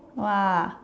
!wah!